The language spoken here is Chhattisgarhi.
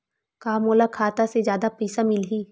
का मोला खाता से जादा पईसा मिलही?